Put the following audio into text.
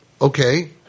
okay